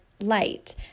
light